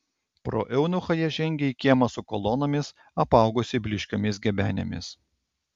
pro eunuchą jie žengė į kiemą su kolonomis apaugusį blyškiomis gebenėmis